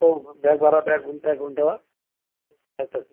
हो बॅग भरा बॅग गुंटा गुंटा आताच हा